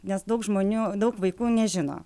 nes daug žmonių daug vaikų nežino